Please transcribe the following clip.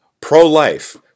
pro-life